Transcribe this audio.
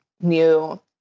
new